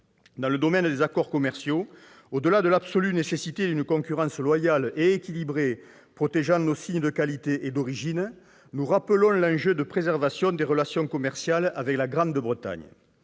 Dans le domaine des accords commerciaux, au-delà de l'absolue nécessité d'une concurrence loyale et équilibrée protégeant nos signes d'identification de la qualité et de l'origine, nous rappelons l'enjeu de préservation des relations commerciales avec la Grande-Bretagne.